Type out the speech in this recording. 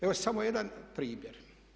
Evo samo jedan primjer.